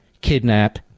kidnap